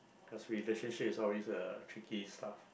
because relationship is also uh tricky stuff